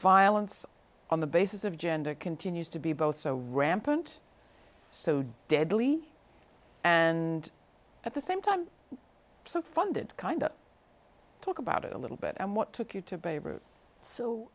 violence on the basis of gender continues to be both so rampant so deadly and at the same time so funded kind of talk about it a little bit and what took you to babe ruth so